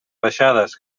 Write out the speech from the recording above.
baixades